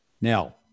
Now